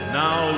now